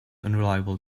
unreliable